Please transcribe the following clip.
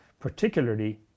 Particularly